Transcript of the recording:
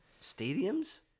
Stadiums